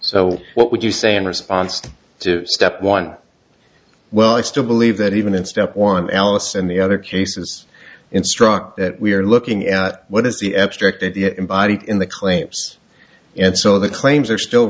so what would you say in response to step one well i still believe that even in step one alice and the other cases instruct that we are looking at what is the abstract idea embodied in the claims and so the claims are still